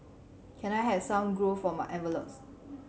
can I have some glue for my envelopes